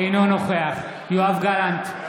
אינו נוכח יואב גלנט,